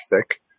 thick